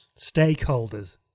stakeholders